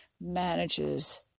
manages